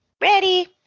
Ready